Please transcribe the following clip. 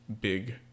big